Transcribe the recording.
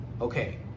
okay